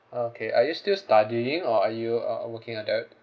okay are you still studying or are you a working adult